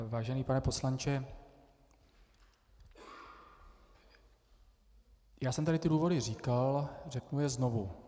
Vážený pane poslanče, já jsem tady ty důvody říkal a řeknu je znovu.